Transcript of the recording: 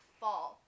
fall